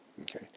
Okay